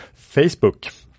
Facebook